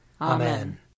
Amen